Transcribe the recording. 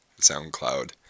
SoundCloud